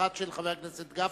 אחת של חבר הכנסת גפני,